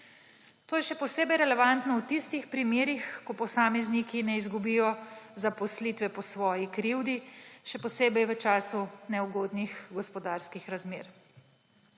To je še posebej relevantno v tistih primerih, ko posamezniki ne izgubijo zaposlitve po svoji krivdi, še posebej v času neugodnih gospodarskih razmer.